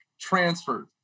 transferred